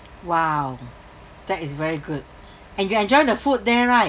!wow! that is very good and you enjoy the food there right